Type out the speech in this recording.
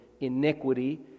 iniquity